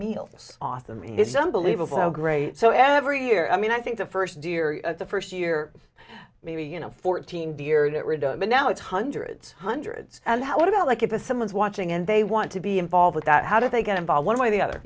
meals author me it's unbelievable how great so every year i mean i think the first year the first year maybe you know fourteen deer and at rideau but now it's hundreds hundreds and what about like it to someone's watching and they want to be involved with that how do they get involved one way or the other